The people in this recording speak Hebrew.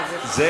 כן, יש.